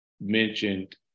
mentioned